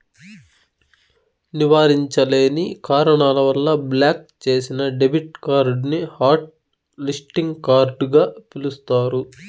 నివారించలేని కారణాల వల్ల బ్లాక్ చేసిన డెబిట్ కార్డుని హాట్ లిస్టింగ్ కార్డుగ పిలుస్తారు